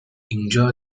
اینجا